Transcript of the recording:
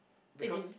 because